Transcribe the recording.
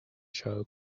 show